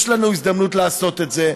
יש לנו הזדמנות לעשות את זה,